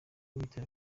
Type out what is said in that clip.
ibitaro